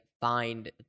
find